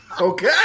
Okay